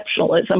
exceptionalism